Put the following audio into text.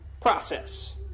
process